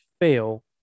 fail